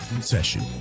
session